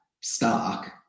stock